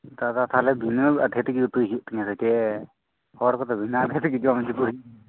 ᱫᱟᱫᱟ ᱛᱟᱦᱞᱮ ᱵᱤᱱᱟᱹ ᱟᱫᱷᱮ ᱛᱮᱜᱮ ᱩᱛᱩᱭ ᱦᱩᱭᱩᱜ ᱛᱤᱧᱟᱹ ᱥᱮ ᱪᱮᱫ ᱦᱚᱲ ᱠᱚᱫᱚ ᱵᱤᱱᱟᱹ ᱟᱫᱷᱮ ᱛᱮᱜᱮ ᱡᱚᱢ ᱦᱚᱪᱚ ᱠᱚ ᱦᱩᱭᱩᱜᱼᱟ